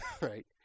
Right